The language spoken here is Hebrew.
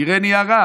תראה, נהיה רע.